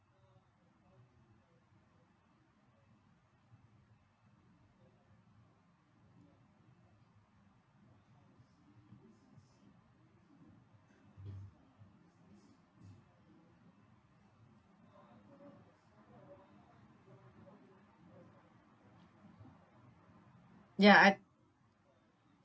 ya I